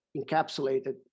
encapsulated